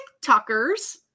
TikTokers